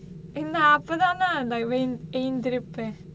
இந்த அப்ப தான:intha appe thaana like when எந்திருப்ப:enthiruppa